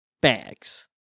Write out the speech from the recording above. bags